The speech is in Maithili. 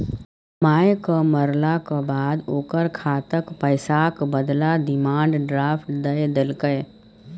मायक मरलाक बाद ओकर खातक पैसाक बदला डिमांड ड्राफट दए देलकै